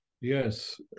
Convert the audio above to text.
Yes